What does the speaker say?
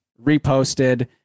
reposted